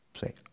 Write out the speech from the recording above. say